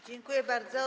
Dziękuję bardzo.